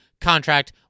contract